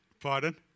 pardon